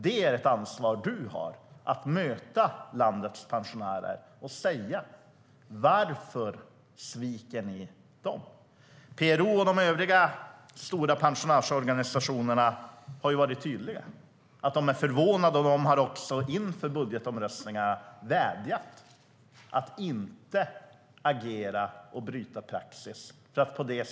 Du har ansvar för att möta landets pensionärer och säga varför ni sviker dem, Linus Bylund.PRO och de övriga stora pensionärsorganisationerna har varit tydliga. De är förvånade. De vädjade inför budgetomröstningen om att inte bryta praxis.